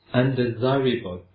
undesirable